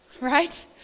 Right